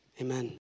Amen